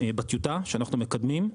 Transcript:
בטיוטה שאנחנו מקדמים,